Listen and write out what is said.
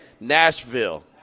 Nashville